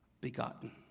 begotten